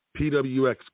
PWX